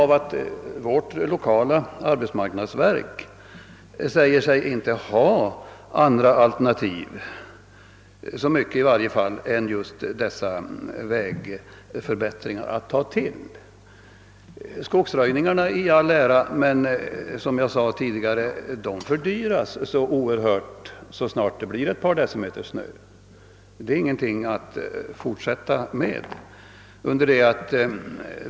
Vårt lokala arbetsmarknadsverk säger sig inte ha så många andra alternativ än just dessa vägförbättringar att ta till. Skogsröjningarna i all ära, men som jag sade tidigare: de fördyras mycket så snart det blir ett par decimeter snö. Det är då ingenting att fortsätta med.